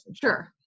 Sure